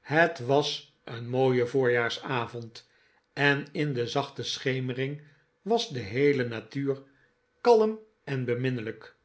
het was een mooie voorjaarsavond en in de zachte schemering was de heele natuur kalm en beminnelijk